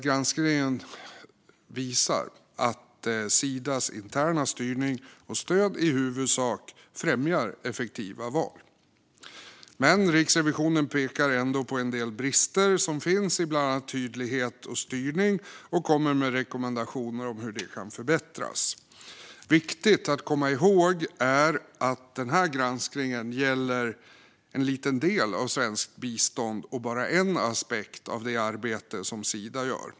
Granskningen visar att Sidas interna styrning och stöd i huvudsak främjar effektiva val. Riksrevisionen pekar dock på en del brister i bland annat tydlighet och styrning och kommer med rekommendationer om hur detta kan förbättras. Viktigt att komma ihåg är att denna granskning gäller en liten del av svenskt bistånd och bara en aspekt av det arbete som Sida gör.